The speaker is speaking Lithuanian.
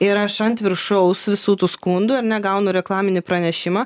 ir aš ant viršaus visų tų skundų ar ne gaunu reklaminį pranešimą